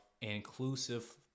inclusive